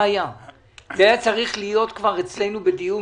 זה היה צריך להיות אצלנו בדיון,